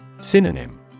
Synonym